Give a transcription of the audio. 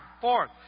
Fourth